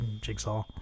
jigsaw